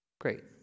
Great